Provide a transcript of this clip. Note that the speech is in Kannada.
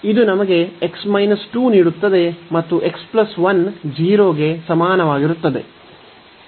ಇದು ನಮಗೆ x 2 ನೀಡುತ್ತದೆ ಮತ್ತು x 1 0 ಗೆ ಸಮಾನವಾಗಿರುತ್ತದೆ